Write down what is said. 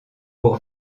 pour